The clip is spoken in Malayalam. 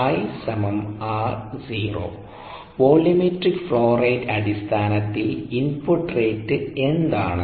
𝑟𝑖 𝑟𝑜 വോള്യൂമെട്രിക് ഫ്ലോ റേറ്റ് അടിസ്ഥാനത്തിൽ ഇൻപുട്ട് റേറ്റ് എന്താണ്